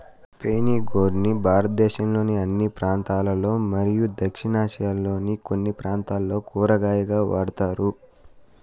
spiny gourd ని భారతదేశంలోని అన్ని ప్రాంతాలలో మరియు దక్షిణ ఆసియాలోని కొన్ని ప్రాంతాలలో కూరగాయగా వాడుతారు